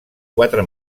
quatre